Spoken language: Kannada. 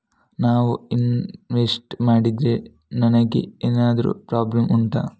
ನಾನು ಇನ್ವೆಸ್ಟ್ ಮಾಡಿದ್ರೆ ನನಗೆ ಎಂತಾದ್ರು ಪ್ರಾಬ್ಲಮ್ ಉಂಟಾ